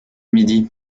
midi